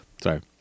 Sorry